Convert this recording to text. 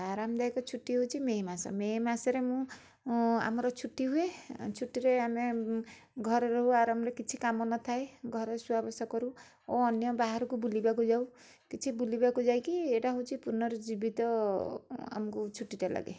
ଆରାମଦାୟକ ଛୁଟି ହେଉଛି ମେ' ମାସ ମେ' ମାସରେ ମୁଁ ଆମର ଛୁଟି ହୁଏ ଛୁଟିରେ ଆମେ ଘରରୁ ଆରମ୍ଭ କରି କିଛି କାମ ନଥାଏ ଘରେ ଶୁଆବସା କରୁ ଓ ଅନ୍ୟ ବାହାରକୁ ବୁଲିବାକୁ ଯାଉ କିଛି ବୁଲିବାକୁ ଯାଇକି ଏଇଟା ହେଉଛି ପୁର୍ନଜୀବିତ ଆମକୁ ଛୁଟିଟା ଲାଗେ